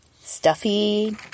stuffy